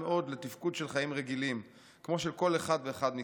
מאוד לתפקוד של חיים רגילים כמו של כל אחד ואחד מכם.